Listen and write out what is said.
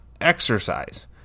exercise